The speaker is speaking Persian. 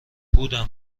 بودم